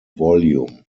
volume